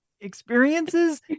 experiences